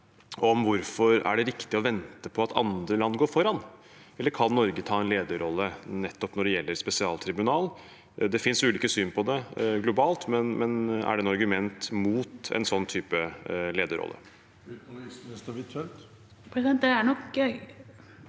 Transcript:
Hvorfor er det viktig å vente på at andre land går foran, eller kan Norge ta en lederrolle nettopp når det gjelder spesialtribunal? Det finnes ulike syn på det globalt, men er det noe argument mot en slik lederrolle?